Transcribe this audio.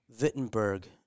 Wittenberg